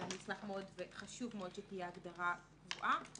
ואני אשמח מאוד, וחשוב מאוד, שתהיה הגדרה קבועה.